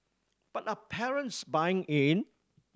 but are parents buying in